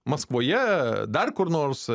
maskvoje dar kur nors